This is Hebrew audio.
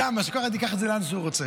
זה המשל, כל אחד ייקח את זה לאן שהוא רוצה.